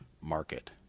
market